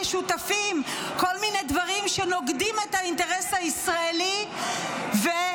שותפים כל מיני דברים שנוגדים את האינטרס הישראלי -- לא,